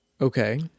Okay